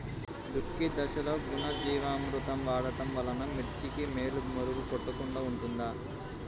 దుక్కి దశలో ఘనజీవామృతం వాడటం వలన మిర్చికి వేలు పురుగు కొట్టకుండా ఉంటుంది?